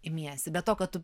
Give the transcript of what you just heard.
imiesi be to kad tu